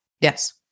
Yes